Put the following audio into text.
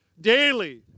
daily